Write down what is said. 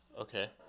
Okay